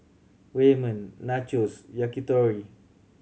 Ramen Nachos Yakitori